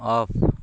of